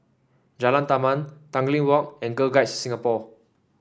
Jalan Taman Tanglin Walk and Girl Guides Singapore